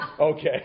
Okay